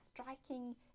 striking